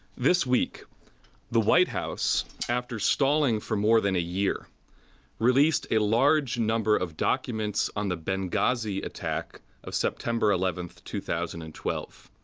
this week the white house after stalling for more than a year released a large number of documents on the benghazi attack of september eleven, two thousand and twelve.